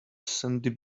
sandy